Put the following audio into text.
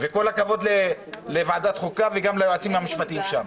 וכל הכבוד לוועדת חוקה וגם ליועצים המשפטיים שם.